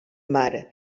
mar